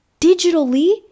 digitally